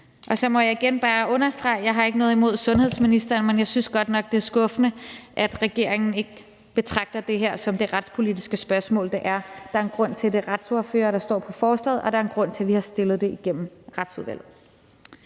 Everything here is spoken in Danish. Så må jeg bare igen understrege, at jeg ikke har noget imod sundhedsministeren, men at jeg godt nok synes, det er skuffende, at regeringen ikke betragter det her som det retspolitiske spørgsmål, det er. Der er en grund til, at det er retsordførerne, der står på forslaget, og der er en grund til, at vi har fremsat det igennem Retsudvalget.